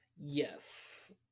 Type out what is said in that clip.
yes